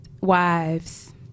wives